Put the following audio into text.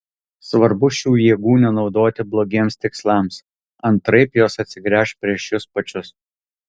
svarbu šių jėgų nenaudoti blogiems tikslams antraip jos atsigręš prieš jus pačius